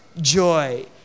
joy